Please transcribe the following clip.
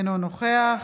אינו נוכח